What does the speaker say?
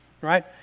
right